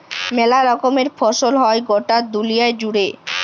মেলা রকমের ফসল হ্যয় গটা দুলিয়া জুড়ে